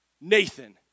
Nathan